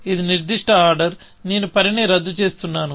ఈ నిర్ధిష్ట ఆర్డర్ నేను పనిని రద్దు చేస్తున్నాను